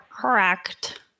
Correct